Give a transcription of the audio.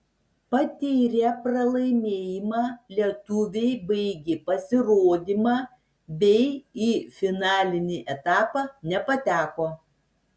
patyrę pralaimėjimą lietuviai baigė pasirodymą bei į finalinį etapą nepateko